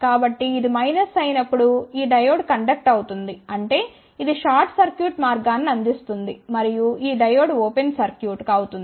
కాబట్టి ఇది మైనస్ అయినప్పుడు ఈ డయోడ్ కండక్ట్ అవుతుంది అంటే ఇది షార్ట్ సర్క్యూట్ మార్గాన్ని అందిస్తుంది మరియు ఈ డయోడ్ ఓపెన్ సర్క్యూట్ అవుతుంది